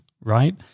right